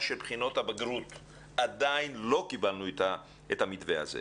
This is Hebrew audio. של בחינות הבגרות והיא עדיין לא קיבלה את המתווה הזה.